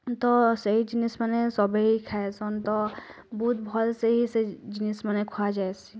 ତ ସେଇ ଜିନିଷ ମାନେ ସବେଇ ଖାଇସନ୍ ତ ବହୁତ ଭଲ ସେ ସେଇ ଜିନିଷ ଖୁଆ ଯାଇଆସି